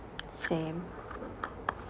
same